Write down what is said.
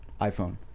iPhone